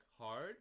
hard